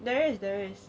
there is there is